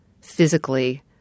physically